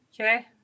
Okay